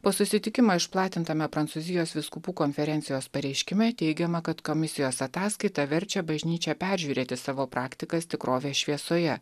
po susitikimo išplatintame prancūzijos vyskupų konferencijos pareiškime teigiama kad komisijos ataskaita verčia bažnyčią peržiūrėti savo praktikas tikrovės šviesoje